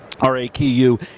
R-A-K-U